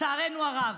לצערנו הרב.